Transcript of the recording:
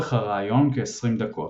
אורך הראיון כ-20 דקות.